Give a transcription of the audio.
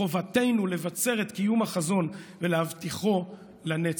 חובתנו לבצר את קיום החזון ולהבטיחו לנצח.